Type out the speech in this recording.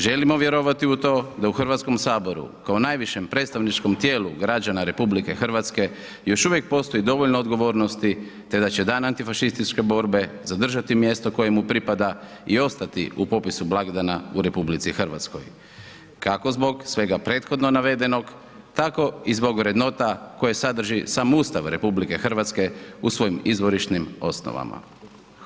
Želimo vjerovati u to da u HS kao najvišem predstavničkom tijelu građana RH još uvijek postoji dovoljno odgovornosti, te da će Dan antifašističke borbe zadržati mjesto koje mu pripada i ostati u popisu blagdana u RH, kako zbog svega prethodno navedenog, tako i zbog vrednota koje sadrži samo Ustav RH u svojim izvorišnim osnovama.